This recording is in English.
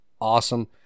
Awesome